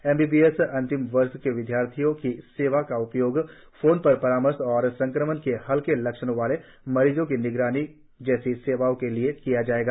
M B B S अंतिम वर्ष के विद्यार्थियों की सेवाओं का उपयोग फोन पर परामर्श और संक्रमण के हलके लक्षणों वाले मरीजों की निगरानी जैसी सेवाओं के लिए किया जाएगा